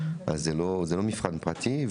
אז זה לא מבחן פרטי.